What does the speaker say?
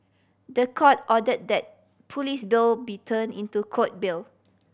the Court order that police bail be turn into Court bail